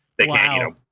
they can't, you know,